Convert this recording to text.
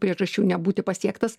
priežasčių nebūti pasiektas